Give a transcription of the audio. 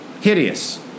hideous